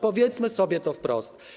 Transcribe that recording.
Powiedzmy sobie to wprost.